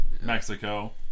Mexico